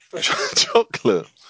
Chocolate